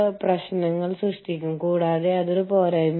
ചില ചെറിയ പരിഷ്കാരങ്ങൾ ചെയ്തു വരുന്നു